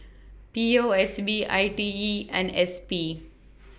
P O S B I T E and S P